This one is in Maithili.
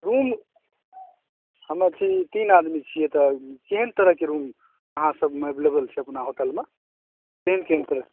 रूम हमे छी तीन आदमी छियै तऽ केहन तरह के रूम अहाँ सब एवलेवल छै अपना होटलमे केहन केहन तरह